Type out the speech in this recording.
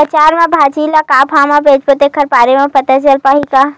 बजार में भाजी ल का भाव से बेचबो तेखर बारे में पता चल पाही का?